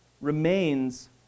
remains